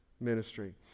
ministry